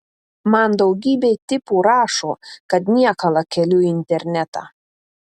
man daugybė tipų rašo kad niekalą keliu į internetą